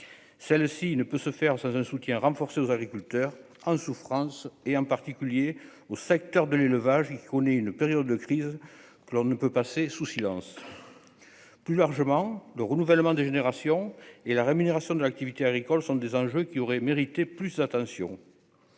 celle-ci ne peut se faire sans un soutien renforcé aux agriculteurs en souffrance et en particulier au secteur de l'élevage, il connaît une période de crise que l'on ne peut passer sous silence, plus largement, le renouvellement des générations et la rémunération de l'activité agricole sont des anges qui auraient mérité plus attention